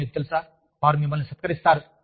మరియు మీకు తెలుసా వారు మిమ్మల్ని సత్కరిస్తారు